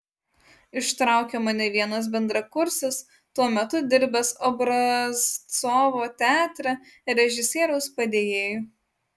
ištraukė mane vienas bendrakursis tuo metu dirbęs obrazcovo teatre režisieriaus padėjėju